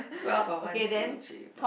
twelve for one two three four